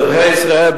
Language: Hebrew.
אזרחי ישראל,